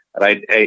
Right